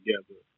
together